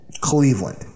Cleveland